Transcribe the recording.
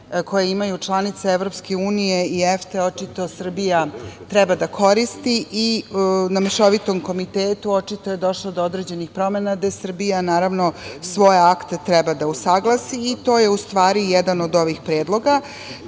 koju imaju članice EU i EFTE očito Srbija treba da koristi. Na Mešovitom komitetu očito je došlo do određenih promena gde Srbija svoje akte treba da usaglasi. To je u stvari jedan od ovih predloga,